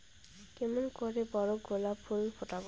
কেমন করে বড় গোলাপ ফুল ফোটাব?